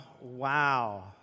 wow